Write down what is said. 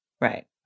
Right